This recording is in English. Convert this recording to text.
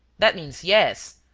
that means yes.